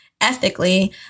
ethically